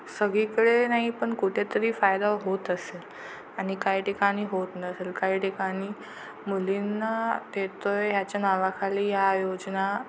सगळीकडे नाही पण कुठेतरी फायदा होत असेल आणि काही ठिकाणी होत नसेल काही ठिकाणी मुलींना देतो आहे ह्याच्या नावाखाली ह्या योजना